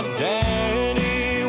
daddy